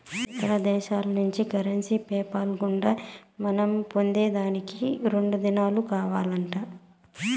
ఇతర దేశాల్నుంచి currency PayPal గుండా మనం పొందేదానికి రెండు దినాలు కావాలంట